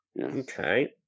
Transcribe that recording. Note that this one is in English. Okay